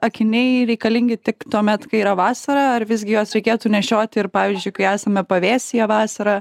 akiniai reikalingi tik tuomet kai yra vasara ar visgi juos reikėtų nešioti ir pavyzdžiui kai esame pavėsyje vasarą